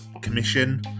commission